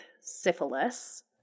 syphilis